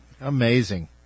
Amazing